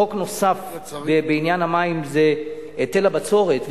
וחוק נוסף בעניין המים הוא היטל הבצורת,